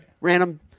random